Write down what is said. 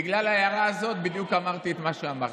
בגלל ההערה הזאת בדיוק אמרתי את מה שאמרתי.